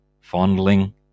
fondling